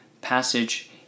passage